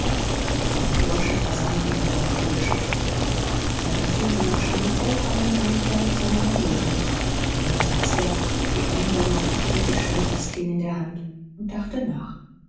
der kleine bursche versank in melancholische träume seine empfindungen standen vollkommen in einklang mit seiner umgebung lange saß er die ellbogen auf die knie gestemmt das kinn in der hand und dachte nach